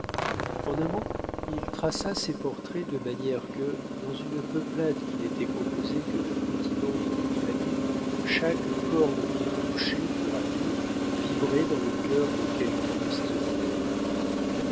en un mot il traça ses portraits de manière que dans une peuplade qui n'était composée que d'un petit nombre de familles chaque corde qu'il touchait tour à tour vibrait dans le cœur de quelqu'un de ses auditeurs